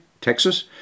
Texas